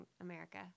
America